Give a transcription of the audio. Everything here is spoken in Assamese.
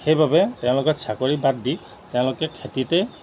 সেইবাবে তেওঁলোকে চাকৰি বাদ দি তেওঁলোকে খেতিতে